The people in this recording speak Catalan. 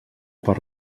per